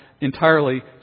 entirely